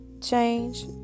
change